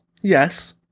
Yes